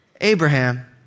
Abraham